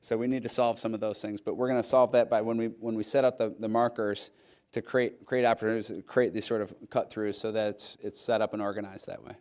so we need to solve some of those things but we're going to solve that by when we when we set up the markers to create great operators and create this sort of cut through so that's it's set up in organize that way